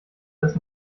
dass